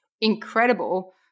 incredible